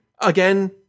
Again